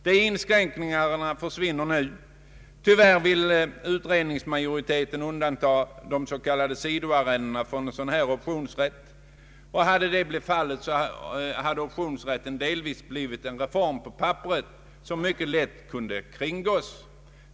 De inskränkningar na försvinner nu. Tyvärr ville utredningsmajoriteten undantaga de s.k. sidoarrendena från dylik optionsrätt. Om så blivit fallet hade optionsrätten delvis blivit en reform på papperet som mycket lätt kunnat kringgås.